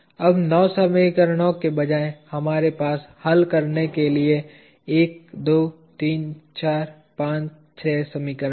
अब नौ समीकरणों के बजाय हमारे पास हल करने के लिए 1 2 3 4 5 6 समीकरण हैं